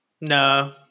no